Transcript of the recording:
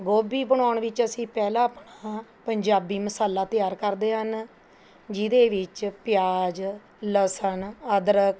ਗੋਭੀ ਬਣਾਉਣ ਵਿੱਚ ਅਸੀਂ ਪਹਿਲਾਂ ਅ ਆਪਣਾ ਪੰਜਾਬੀ ਮਸਾਲਾ ਤਿਆਰ ਕਰਦੇ ਹਨ ਜਿਹਦੇ ਵਿੱਚ ਪਿਆਜ਼ ਲਸਣ ਅਦਰਕ